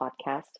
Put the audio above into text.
podcast